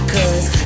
Cause